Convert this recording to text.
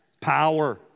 power